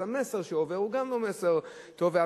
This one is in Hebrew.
אז המסר שעובר הוא גם לא מסר טוב.